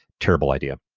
terrible idea.